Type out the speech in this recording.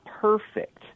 perfect